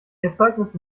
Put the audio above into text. erzeugnisse